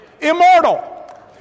Immortal